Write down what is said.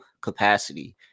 capacity